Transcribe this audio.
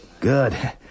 Good